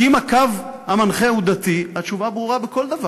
כי אם הקו המנחה הוא דתי, התשובה ברורה בכל דבר.